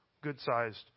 good-sized